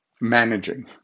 managing